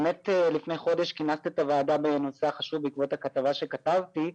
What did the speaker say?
באמת לפני חודש כנסת את הוועדה בנושא החשוב בעקבות הכתבה שכתבתי.